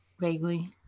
vaguely